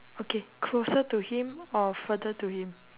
okay closer to him or further to him